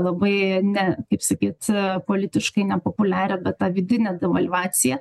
labai ne kaip sakyt politiškai nepopuliarią bet tą vidinę devalvaciją